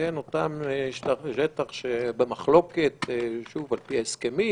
אותו שטח שבמחלוקת על פי ההסכמים,